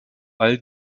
all